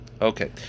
Okay